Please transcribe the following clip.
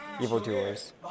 evildoers